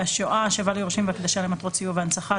השואה (השבה ליורשים והקדשה למטרות סיוע והנצחה),